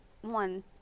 one